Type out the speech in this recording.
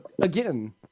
again